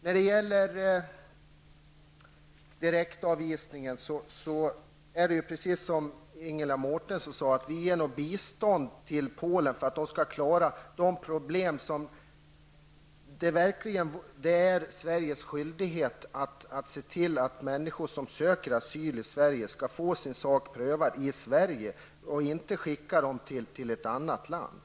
När det gäller direktavvisningen är det precis som Ingela Mårtensson sade, nämligen att Sverige ger bistånd till Polen för att de där skall klara de problem som det är Sveriges skyldighet att lösa. Människor som söker asyl i Sverige skall få sin sak prövad i Sverige, och de skall inte skickas till ett annat land.